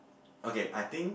okay I think